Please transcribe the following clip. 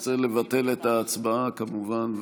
אז צריך לבטל את ההצבעה, כמובן.